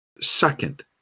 Second